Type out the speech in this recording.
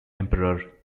emperor